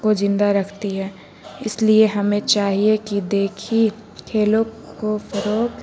کو زندہ رکھتی ہے اس لیے ہمیں چاہیے کہ دیکھی کھیلوں کو فروغ